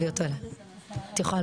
בבקשה.